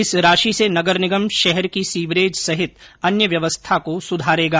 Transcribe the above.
इस राशि से नगर निगम शहर की सीवरेज सहित अन्य व्यवस्था को सुधारेगा